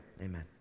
amen